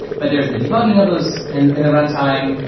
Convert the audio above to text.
but there's the debugging of those in in the runtime.